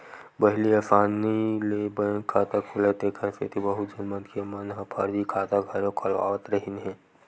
पहिली असानी ले बैंक खाता खुलय तेखर सेती बहुत झन मनखे मन ह फरजी खाता घलो खोलवावत रिहिन हे